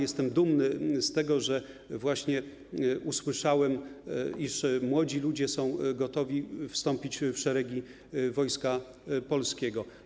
Jestem dumny z tego, że właśnie usłyszałem, iż młodzi ludzie są gotowi wstąpić w szeregi Wojska Polskiego.